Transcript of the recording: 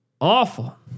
Awful